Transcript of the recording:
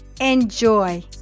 enjoy